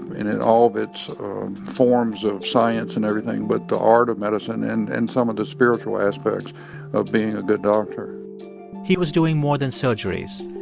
in in all of its forms of science and everything, but the art of medicine and and some of the spiritual aspects of being a good doctor he was doing more than surgeries.